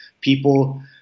people